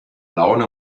laune